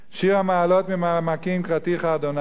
"שיר המעלות ממעמקים קראתיך אדוני,